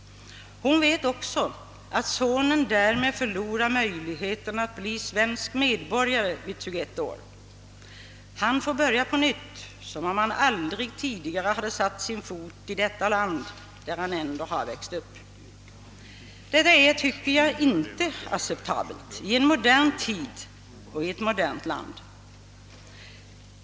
Hon vet också att sonen därmed förlorar möjligheterna att bli svensk medborgare vid 21 år. Han får börja på nytt som om han aldrig tidigare satt sin fot i detta land där han ändå har växt upp. Detta är, tycker jag, inte acceptabelt i en modern tid och i ett modernt land.